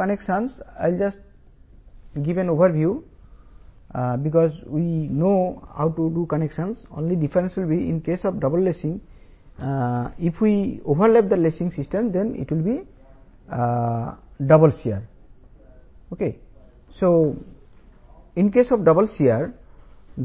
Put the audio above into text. connections double shear